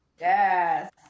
Yes